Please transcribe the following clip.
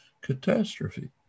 catastrophe